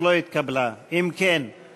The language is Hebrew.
של קבוצת סיעת יש עתיד,